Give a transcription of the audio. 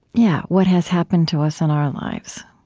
yeah what has happened to us in our lives,